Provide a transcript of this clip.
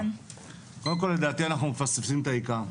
קודם כל לדעתי אנחנו מפספסים את העיקר.